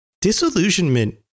Disillusionment